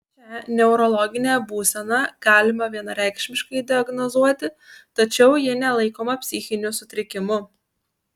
šią neurologinę būseną galima vienareikšmiškai diagnozuoti tačiau ji nelaikoma psichiniu sutrikimu